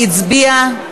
הצעת חוק לקביעת